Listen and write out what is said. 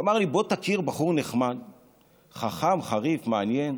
ואמר לי: בוא תכיר בחור נחמד, חכם, חריף, מעניין.